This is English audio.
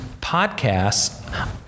podcasts